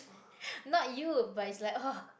not you but it's like [wah]